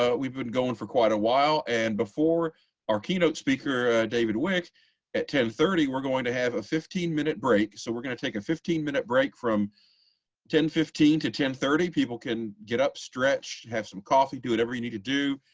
ah we've been going for quite a while and before our keynote speaker david wick at ten thirty we're going to have a fifteen minute break. so we're going to take a fifteen minute break from matthew orwat ten fifteen to ten thirty. people can get up, stretch have some coffee. do whatever you need to do.